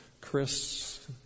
Chris